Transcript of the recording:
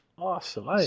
Awesome